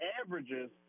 averages